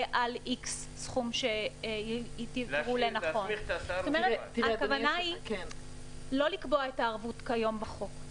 על X". הכוונה היא לא לקבוע את הערבות כיום בחוק,